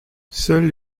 seules